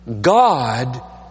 God